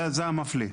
זה המפליא.